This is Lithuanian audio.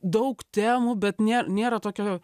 daug temų bet nė nėra tokio